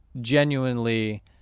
genuinely